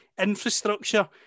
infrastructure